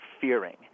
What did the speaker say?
fearing